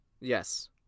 yes